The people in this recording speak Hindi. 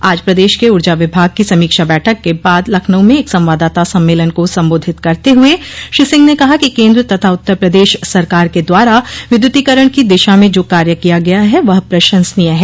आज प्रदेश के ऊर्जा विभाग की समीक्षा बैठक के बाद लखनऊ में एक संवाददाता सम्मेलन को संबोधित करते हुए श्री सिंह ने कहा कि केन्द्र तथा उत्तर प्रदेश सरकार के द्वारा विद्युतीकरण की दिशा में जो कार्य किया गया है वह प्रशंसनीय है